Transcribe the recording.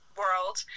world